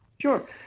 Sure